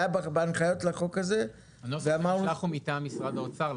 הנוסח מטעם משרד האוצר.